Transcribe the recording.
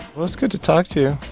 well, it's good to talk to you.